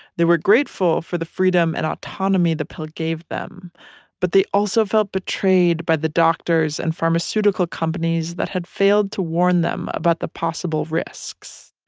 they were grateful for the freedom and autonomy the pill gave them but they also felt betrayed by the doctors and pharmaceutical companies that had failed to warn them about the possible risks.